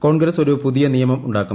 കോൺഗ്രസ് ഒരു പുതിയ നിയമം ഉണ്ടാക്കും